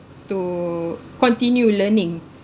to continue learning